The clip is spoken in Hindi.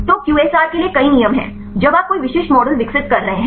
तो QSAR के लिए कई नियम हैं जब आप कोई विशिष्ट मॉडल विकसित कर रहे हैं